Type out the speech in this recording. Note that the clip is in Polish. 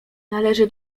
należy